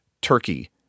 turkey